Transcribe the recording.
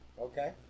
Okay